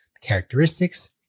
characteristics